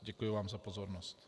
Děkuji vám za pozornost.